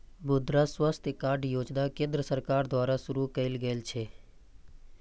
मुद्रा स्वास्थ्य कार्ड योजना केंद्र सरकार द्वारा शुरू कैल गेल छै